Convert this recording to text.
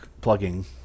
plugging